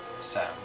Sam